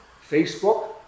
Facebook